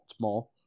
more